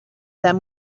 them